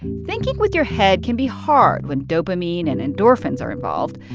thinking with your head can be hard when dopamine and endorphins are involved.